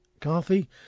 Carthy